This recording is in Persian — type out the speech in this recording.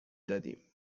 دادیم